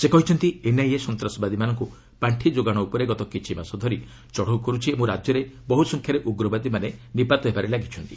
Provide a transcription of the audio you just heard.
ସେ କହିଛନ୍ତି ଏନ୍ଆଇଏ ସନ୍ତାସବାଦୀମାନଙ୍କୁ ପାଣ୍ଠି ଯୋଗାଣ ଉପରେ ଗତ କିଛି ମାସ ଧରି ଚଢ଼ଉ କରୁଛି ଓ ରାଜ୍ୟରେ ବହୁ ସଂଖ୍ୟାରେ ଉଗ୍ରବାଦୀମାନେ ନିପାତ ହେବାରେ ଲାଗିଛନ୍ତି